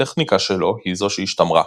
הטכניקה שלו היא זו שהשתמרה,